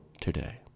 today